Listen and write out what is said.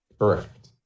Correct